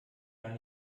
gar